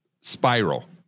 spiral